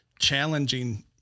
challenging